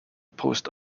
post